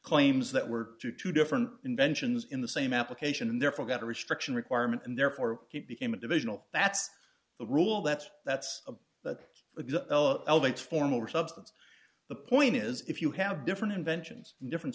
claims that were due to different inventions in the same application and therefore got a restriction requirement and therefore he became a divisional that's the rule that's that's that elevates form over substance the point is if you have different inventions in different